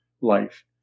life